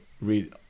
read